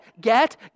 get